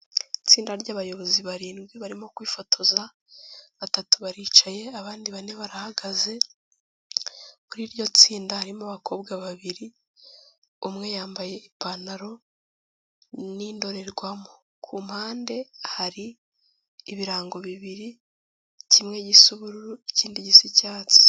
itsinda ry'abayobozi barindwi barimo kwifotoza batatu baricaye abandi bane barahagaze, kuri iryo tsinda harimo abakobwa babiri umwe yambaye ipantaro n'indorerwamo ku mpande hari ibirango bibiri kimwe gisa ubururu ikindi gisa icyatsi.